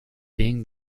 being